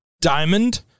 Diamond